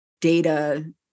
data